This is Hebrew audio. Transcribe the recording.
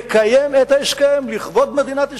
מקיים את ההסכם לכבוד מדינת ישראל.